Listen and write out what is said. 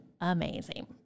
amazing